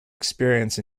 experience